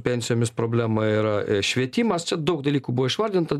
pensijomis problema yra švietimas čia daug dalykų buvo išvardinta